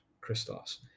Christos